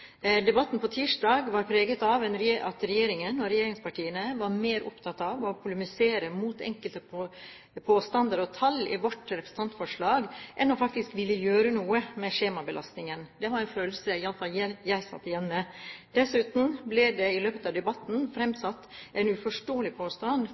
Debatten tirsdag var preget av at regjeringen og regjeringspartiene var mer opptatt av å polemisere mot enkelte påstander og tall i vårt representantforslag enn å ville gjøre noe med skjemabelastningen. Det var en følelse iallfall jeg satt igjen med. Dessuten ble det i løpet av debatten